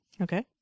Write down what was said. Okay